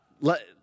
Let